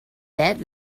that